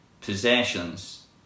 possessions